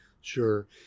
Sure